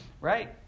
Right